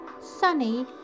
sunny